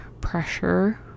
pressure